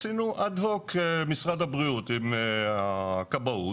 משרד הבריאות עם הכבאות,